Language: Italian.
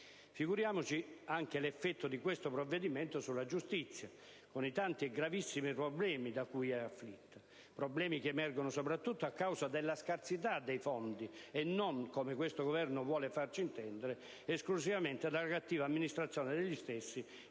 Figuriamoci anche l'effetto di questo provvedimento sulla giustizia, con i tanti e gravissimi problemi da cui essa è afflitta. Problemi che emergono soprattutto a causa della scarsità dei fondi e non, come invece questo Governo vuole farci intendere, esclusivamente dalla cattiva amministrazione degli stessi